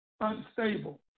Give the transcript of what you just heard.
unstable